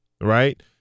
right